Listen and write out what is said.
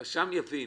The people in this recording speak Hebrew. הרשם יבין.